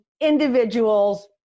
individuals